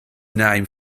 name